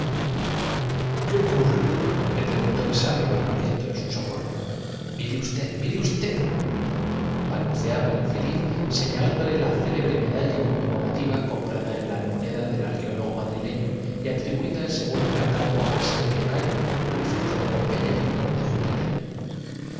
qué ocurre le preguntó el sabio acudiendo en su socorro mire usted mire usted balbuceaba el infe liz señalándole la célebre medalla conmemorativa comprada en la almoneda del arqueólogo madrileño y atribuida según el catálogo á servio cayo prefecto de pompeya en honor de júpiter